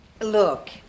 Look